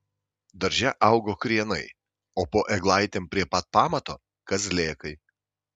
darže augo krienai o po eglaitėm prie pat pamato kazlėkai